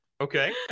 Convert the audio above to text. Okay